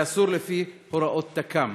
זה אסור לפי הוראות תכ"מ.